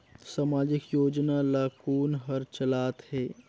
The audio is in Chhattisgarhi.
समाजिक योजना ला कोन हर चलाथ हे?